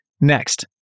Next